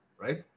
Right